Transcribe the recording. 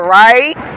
right